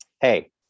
Hey